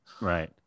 Right